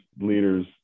leaders